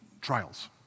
trials